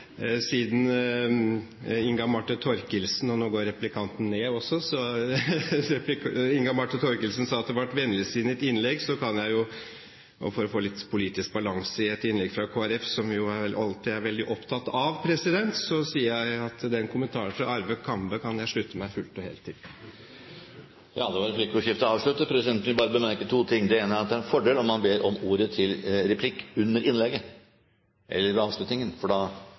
siden Inga Marte Thorkildsen – og nå går bort fra talerstolen også – sa at det var et vennligsinnet innlegg, kan jeg jo si, for å få litt politisk balanse i et innlegg fra Kristelig Folkeparti, som jeg alltid er veldig opptatt av, at den kommentaren fra Arve Kambe kan jeg slutte meg fullt og helt til. Replikkordskiftet er avsluttet. Presidenten vil bare bemerke to ting. Det ene er at det er en fordel om man ber om ordet til replikk under innlegget, eller ved avslutningen, for da